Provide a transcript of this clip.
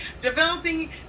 developing